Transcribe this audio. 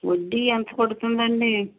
వడ్డీ ఎంత పడుతుంది అండి